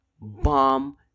bomb